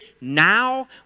now